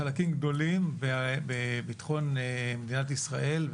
בחלקים גדולים בביטחון מדינת ישראל,